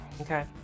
Okay